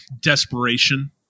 desperation